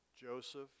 Joseph